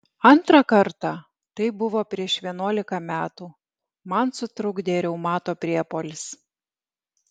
antrą kartą tai buvo prieš vienuolika metų man sutrukdė reumato priepuolis